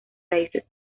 raíces